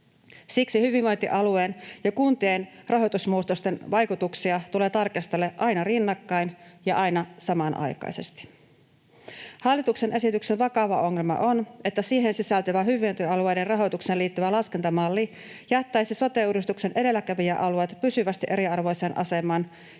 Siksi hyvinvointialueen ja kuntien rahoitusmuutosten vaikutuksia tulee tarkastella aina rinnakkain ja aina samanaikaisesti. Hallituksen esityksen vakava ongelma on, että siihen sisältyvä, hyvinvointialueiden rahoitukseen liittyvä laskentamalli jättäisi sote-uudistuksen edelläkävijäalueet pysyvästi eriarvoiseen asemaan